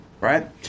Right